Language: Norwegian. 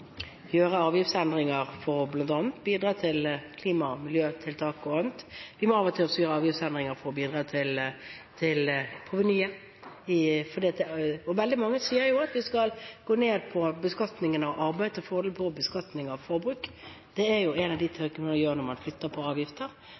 gjøre avgiftsendringer for bl.a. å bidra til klima- og miljøtiltak. Av og til må vi også gjøre avgiftsendringer for å bidra til provenyet. Veldig mange sier jo at vi skal gå ned på beskatningen av arbeid til fordel for beskatningen av forbruk. Det er jo én av